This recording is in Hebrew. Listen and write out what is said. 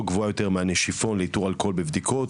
גדולה יותר מנשיפון לניטור אלכוהול בבדיקות,